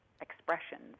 expressions